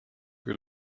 kui